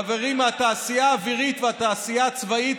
חברים מהתעשייה האווירית והתעשייה הצבאית,